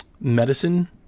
medicine